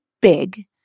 big